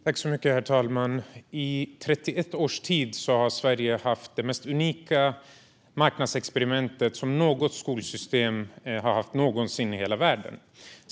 Herr talman! I 31 års tid har Sverige haft det mest unika marknadsexperimentet i världen, i något skolsystem.